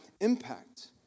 impact